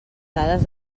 dades